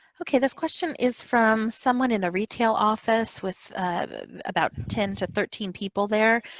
okay. this question is from someone in a retail office with about ten to thirteen people there.